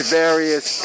various